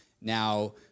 now